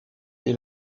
est